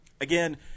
Again